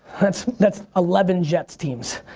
that's that's eleven jets teams.